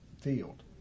field